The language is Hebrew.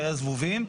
שהיה זבובים.